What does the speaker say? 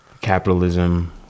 capitalism